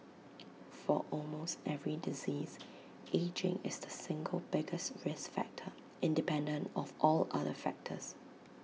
for almost every disease ageing is the single biggest risk factor independent of all other factors